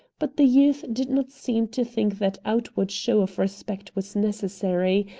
but the youth did not seem to think that outward show of respect was necessary,